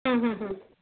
हूं हूं हूं